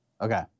Okay